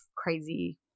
crazy